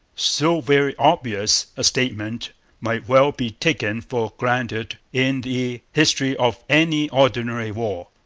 so very obvious a statement might well be taken for granted in the history of any ordinary war.